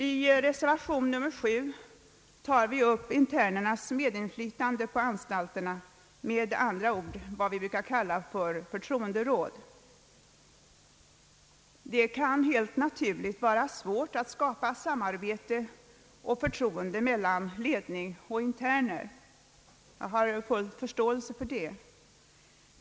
I reservation nr 7 tar vi upp internernas medinflytande på anstalterna, med andra ord vad man brukar kalla förtroenderåd. Det kan helt naturligt vara svårt att skapa samarbete och förtroende mellan ledning och interner. Jag har full förståelse för det.